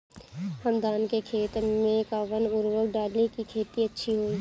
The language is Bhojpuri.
हम धान के खेत में कवन उर्वरक डाली कि खेती अच्छा होई?